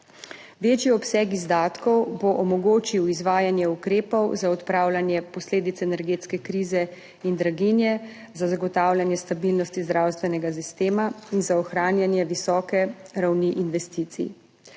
Večji obseg izdatkov bo omogočil izvajanje ukrepov za odpravljanje posledic energetske krize in draginje za zagotavljanje stabilnosti zdravstvenega sistema in za ohranjanje visoke ravni investicij.